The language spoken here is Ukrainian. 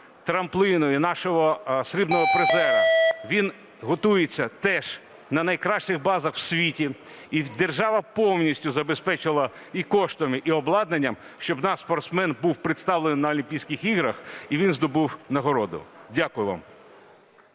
трампліну і нашого срібного призера. Він готується теж на найкращих базах в світі, і держава повністю забезпечила і коштами, і обладнанням, щоб наш спортсмен був представлений на Олімпійських іграх і він здобув нагороду. Дякую вам.